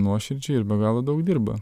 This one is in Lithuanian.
nuoširdžiai ir be galo daug dirba